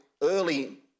early